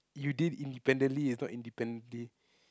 you did independently is not independently